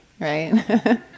right